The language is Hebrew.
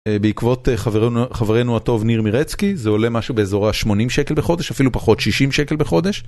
אה... בעקבות חברנו... חברנו הטוב ניר מירצקי, זה עולה משהו באזור ה-80 שקל בחודש? אפילו פחות 60 שקל בחודש.